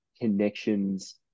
connections